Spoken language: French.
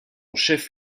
chef